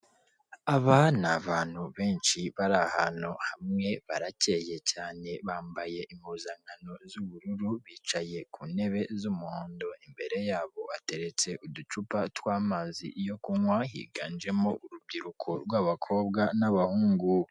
Aba ni abantu benshi bari ahantu hamwe barakeye cyane bambaye impuzankano z'ubururu bicaye ku ntebe z'umuhondo, imbere yabo ateretse uducupa tw'amazi yo kunywa, higanjemo urubyiruko rw'abakobwa n'abahungu.